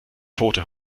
tote